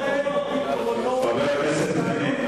חבר הכנסת חנין,